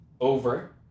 over